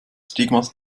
stigmas